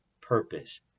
purpose